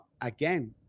again